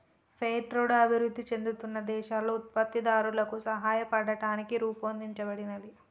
fair trade అభివృద్ధి చెందుతున్న దేశాలలో ఉత్పత్తిదారులకు సాయపడటానికి రూపొందించబడినది